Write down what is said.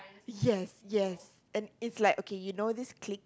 yes yes and is like okay you know this clique